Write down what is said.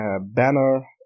banner